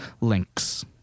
links